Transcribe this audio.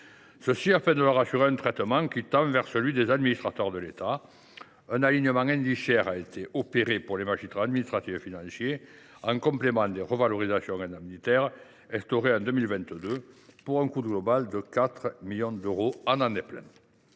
afin de leur assurer un traitement qui tend vers celui des administrateurs de l’État. Un alignement indiciaire a été effectué pour les magistrats administratifs et financiers, en complément des revalorisations indemnitaires instaurées en 2022, pour un coût global de 4 millions d’euros en année pleine.